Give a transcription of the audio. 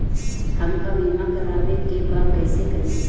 हमका बीमा करावे के बा कईसे करी?